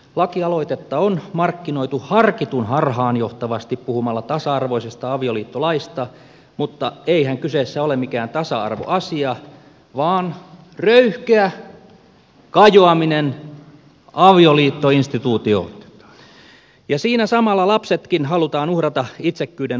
lakialoitetta on markkinoitu harkitun harhaanjohtavasti puhumalla tasa arvoisesta avioliittolaista mutta eihän kyseessä ole mikään tasa arvoasia vaan röyhkeä kajoaminen avioliittoinstituutioon ja siinä samalla lapsetkin halutaan uhrata itsekkyyden alttarille